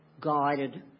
guided